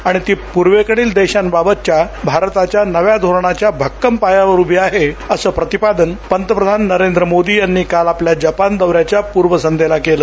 आणि ती पूर्वेकडील देशांबाबतच्या भारताच्या नव्या धोरणाच्या भक्कम पायावर उभी आहे असं प्रतिपादन पंतप्रधान नरेंद्र मोदी यांनी काल आपल्या जपान दौऱ्यांच्या पूर्वसध्येला केल